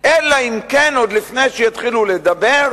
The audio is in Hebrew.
אלא אם כן, עוד לפני שיתחילו לדבר,